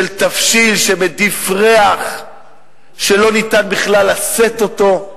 של תבשיל שמדיף ריח שלא ניתן בכלל לשאת אותו.